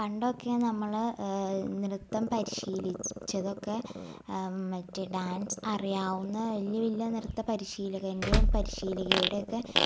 പണ്ടൊക്കെ നമ്മൾ നൃത്തം പരിശീലിച്ചതൊക്കെ മറ്റേ ഡാൻസ് അറിയാവുന്ന വലിയ വലിയ നൃത്ത പരിശീലകൻ്റെ പരിശീലകയുടെയോക്കെ